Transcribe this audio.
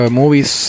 movies